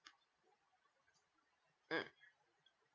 mm